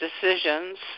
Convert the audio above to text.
decisions